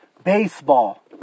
Baseball